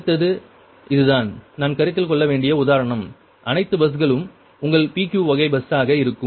அடுத்தது இதுதான் நான் கருத்தில் கொள்ள வேண்டிய உதாரணம் அனைத்து பஸ்களும் உங்கள் PQ வகை பஸ்களாக இருக்கும்